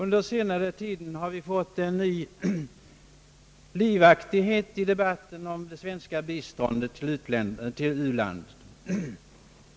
Under senare tid har vi fått en ny livaktighet i debatten om det svenska biståndet till u-länderna.